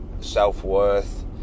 self-worth